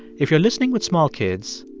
if you're listening with small kids,